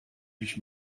nicht